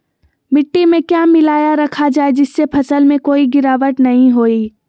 मिट्टी में क्या मिलाया रखा जाए जिससे फसल में कोई गिरावट नहीं होई?